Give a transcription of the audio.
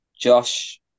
Josh